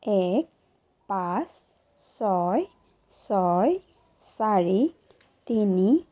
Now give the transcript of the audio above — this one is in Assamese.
এক পাঁচ ছয় ছয় চাৰি তিনি